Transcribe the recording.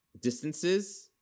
distances